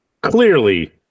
clearly